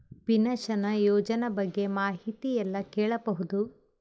Pension ಯೋಜನ ಬಗ್ಗೆ ಮಾಹಿತಿ ಎಲ್ಲ ಕೇಳಬಹುದು?